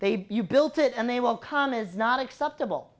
they've you built it and they will come is not acceptable